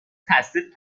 تصدیق